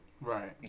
Right